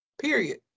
Period